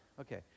Okay